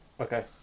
Okay